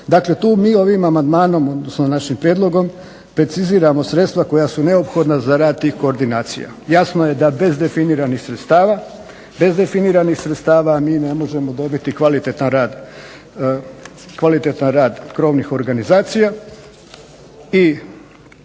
Dakle, tu mi ovim amandmanom odnosno našim prijedlogom preciziramo sredstva koja su neophodna za rad tih koordinacija. Jasno je da bez definiranih sredstava mi ne možemo dobiti kvalitetan rad krovnih organizacija.